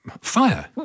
Fire